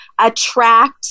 Attract